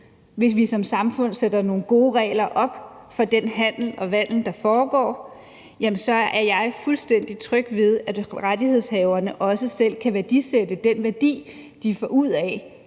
hvis vi som samfund sætter nogle gode regler op for den handel og vandel, der foregår, så er jeg fuldstændig tryg ved, at rettighedshaverne også selv kan værdisætte den værdi, de får ud af